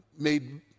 Made